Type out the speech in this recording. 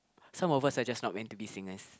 some of us are just not meant to be singers